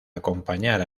acompañar